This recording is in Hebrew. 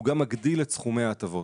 והוא גם מגדיל את סכומי ההטבות.